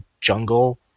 jungle